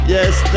Yes